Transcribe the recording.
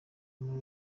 muri